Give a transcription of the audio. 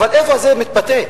אבל איפה זה מתבטא?